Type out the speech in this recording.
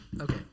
Okay